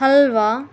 halwa